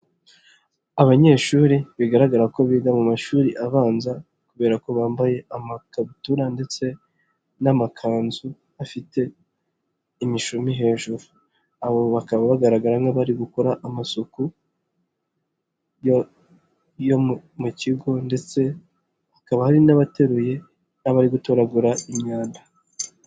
Abanyeshuri bigaragara ko biga mu mashuri abanza, kubera ko bambaye amakabutura ndetse n'amakanzu, afite imishumi hejuru. Abo bakaba bagaragara nk'abari gukora amasuku yo mu kigo ,ndetse hakaba hari n'abateruye, n'abari gutoragura imyanda.